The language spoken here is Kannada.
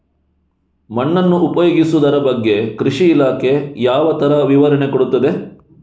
ಮಣ್ಣನ್ನು ಉಪಯೋಗಿಸುದರ ಬಗ್ಗೆ ಕೃಷಿ ಇಲಾಖೆ ಯಾವ ತರ ವಿವರಣೆ ಕೊಡುತ್ತದೆ?